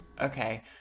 Okay